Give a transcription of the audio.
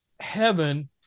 Heaven